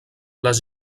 les